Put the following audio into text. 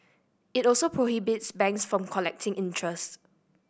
it also prohibits banks from collecting interest